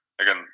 again